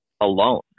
alone